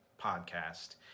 podcast